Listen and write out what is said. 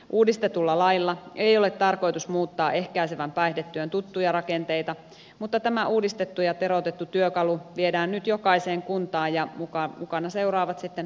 uudistetulla lailla ei ole tarkoitus muuttaa ehkäisevän päihdetyön tuttuja rakenteita mutta tämä uudistettu ja teroitettu työkalu viedään nyt jokaiseen kuntaan ja mukana seuraavat sitten ajantasaiset käyttöohjeet